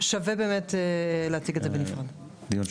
שווה באמת להציג את זה בנפרד דיון נפרד.